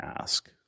ask